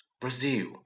Brazil